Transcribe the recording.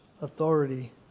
authority